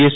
S